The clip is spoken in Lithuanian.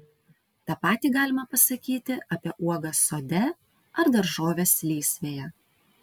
tą patį galima pasakyti apie uogas sode ar daržoves lysvėje